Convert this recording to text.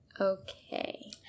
Okay